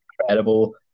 incredible